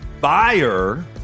buyer